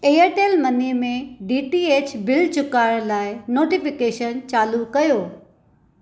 Airtel money में DTH बिलु चुकाइणु लाइ नोटिफ़िकेशन चालू कयो